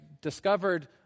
discovered